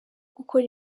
gukora